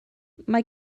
mae